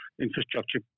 infrastructure